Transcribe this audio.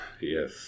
Yes